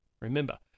remember